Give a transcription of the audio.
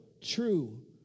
true